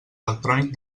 electrònic